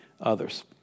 others